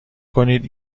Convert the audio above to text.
کنید